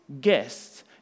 guests